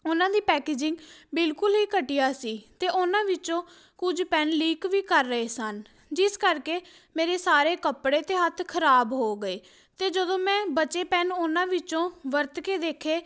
ਉਹਨਾਂ ਦੀ ਪੈਕਜਿੰਗ ਬਿਲਕੁਲ ਹੀ ਘਟੀਆ ਸੀ ਅਤੇ ਉਹਨਾਂ ਵਿੱਚੋਂ ਕੁਝ ਪੈਨ ਲੀਕ ਵੀ ਕਰ ਰਹੇ ਸਨ ਜਿਸ ਕਰਕੇ ਮੇਰੇ ਸਾਰੇ ਕੱਪੜੇ ਅਤੇ ਹੱਥ ਖ਼ਰਾਬ ਹੋ ਗਏ ਅਤੇ ਜਦੋਂ ਮੈਂ ਬਚੇ ਪੈੱਨ ਉਹਨਾਂ ਵਿੱਚੋਂ ਵਰਤ ਕੇ ਦੇਖੇ